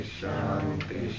Shanti